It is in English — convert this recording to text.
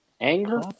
Anger